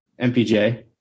MPJ